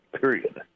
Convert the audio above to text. Period